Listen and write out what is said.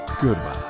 goodbye